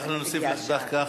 אנחנו נוסיף לך דקה,